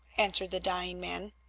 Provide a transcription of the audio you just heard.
answered the dying man.